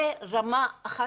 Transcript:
זו רמה אחת,